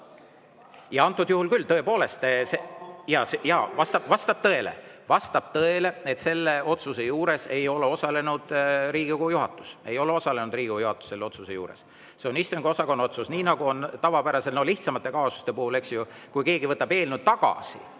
Antud juhul küll, tõepoolest … Jaa, vastab tõele. Vastab tõele, et selle otsuse juures ei ole osalenud Riigikogu juhatus. Ei ole osalenud Riigikogu juhatus selle otsuse juures! See on istungiosakonna otsus, nii nagu on tavapäraselt lihtsamate kaasuste puhul, kui keegi võtab eelnõu tagasi.